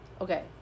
okay